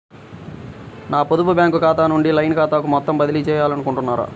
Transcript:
నా పొదుపు బ్యాంకు ఖాతా నుంచి లైన్ ఖాతాకు మొత్తం బదిలీ చేయాలనుకుంటున్నారా?